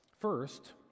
First